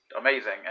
amazing